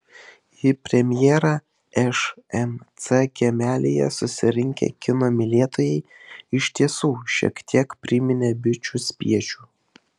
į premjerą šmc kiemelyje susirinkę kino mylėtojai iš tiesų šiek tiek priminė bičių spiečių